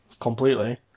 completely